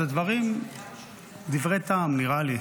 אלה דברי טעם, נראה לי.